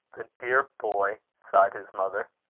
the dear boy! sighed his mother.